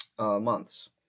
months